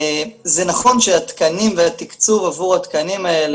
זה נכון שהתקנים והתקצוב עבור התקנים האלה,